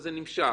זה נמשך,